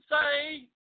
say